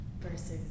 versus